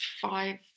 Five